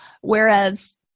whereas